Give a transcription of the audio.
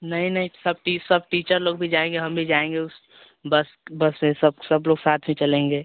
नहीं नहीं सब टी सब टीचर लोग भी जाएँगे हम भी जाएँगे उस बस बस से सब सब लोग साथ ही चलेंगे